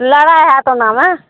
लड़ाइ होयत ओनामे